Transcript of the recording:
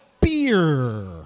Beer